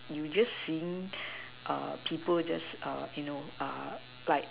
you just seeing people just you know like